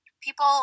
People